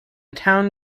town